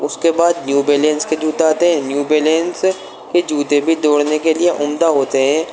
اس کے بعد New Balance کے جوتے آتے ہیں نیو بیلنس کے جوتے بھی دوڑنے کے لیے عمدہ ہوتے ہیں